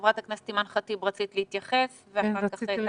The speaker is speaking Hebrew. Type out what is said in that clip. חברת הכנסת אימאן ח'טיב יאסין, בבקשה.